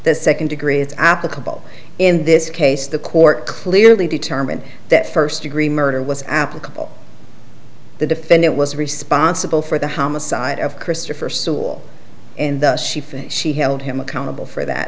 that second degree is applicable in this case the court clearly determined that first degree murder was applicable the defendant was responsible for the homicide of christopher sule in the sheaf and she held him accountable for that